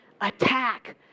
Attack